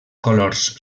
colors